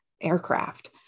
aircraft